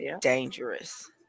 dangerous